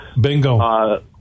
Bingo